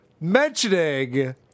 mentioning